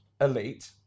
elite